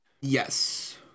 Yes